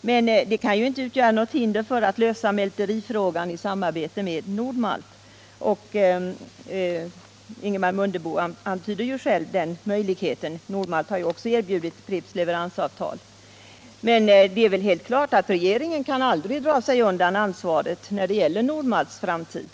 Men det kan inte utgöra något hinder mot att lösa mälterifrågan i samarbete med Nord-Malt. Ingemar Mundebo antydde själv den möjligheten. Nord-Malt har också erbjudit Pripps leveransavtal. Det är helt klart att regeringen aldrig kan dra sig undan ansvaret för Nord-Malts framtid.